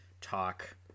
talk